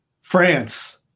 France